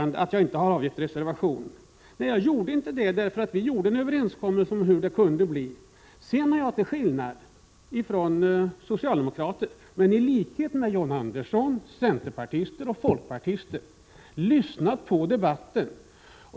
Att jag inte har avgett någon reservation beror på att jag har varit med om att träffa en överenskommelse om de framtida möjligheterna. Sedan har jag = till skillnad från socialdemokraterna, men i likhet med John Andersson, centerpartisterna och folkpartisterna — lyssnat på debatten.